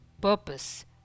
purpose